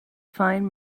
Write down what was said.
find